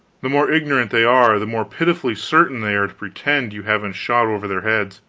the more ignorant they are, the more pitifully certain they are to pretend you haven't shot over their heads.